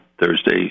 Thursday